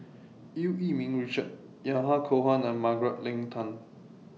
EU Yee Ming Richard Yahya Cohen and Margaret Leng Tan